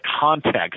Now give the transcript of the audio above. context